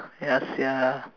ya sia